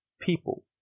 people